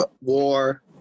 war